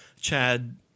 Chad